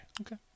Okay